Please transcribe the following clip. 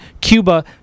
Cuba